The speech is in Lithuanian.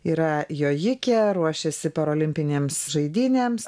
yra jojikė ruošiasi parolimpinėms žaidynėms